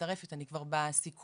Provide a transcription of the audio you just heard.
בוועדת הכלכלה מוביל כבר מספר חודשים.